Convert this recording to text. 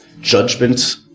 judgment